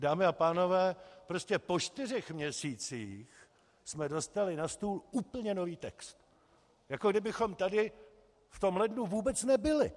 Dámy a pánové, prostě po čtyřech měsících jsme dostali na stůl úplně nový text, jako kdybychom tady v tom lednu vůbec nebyli!